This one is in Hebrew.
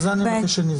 את זה אני רוצה שנבדוק.